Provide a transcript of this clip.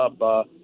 up